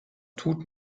tut